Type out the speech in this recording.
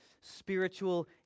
spiritual